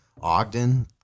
Ogden